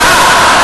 הודעה.